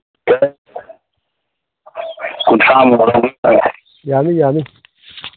ꯀꯨꯟꯊ꯭ꯔꯥꯃꯨꯛ ꯌꯥꯅꯤ ꯌꯥꯅꯤ